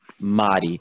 Mari